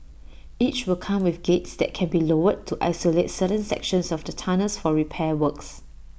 each will come with gates that can be lowered to isolate certain sections of the tunnels for repair works